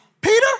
Peter